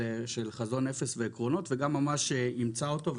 חזון אפס ועקרונות וממש אימצה אותו.